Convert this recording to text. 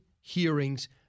hearings